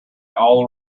all